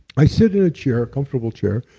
i sit in a chair, comfortable chair.